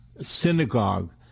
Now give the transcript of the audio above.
synagogue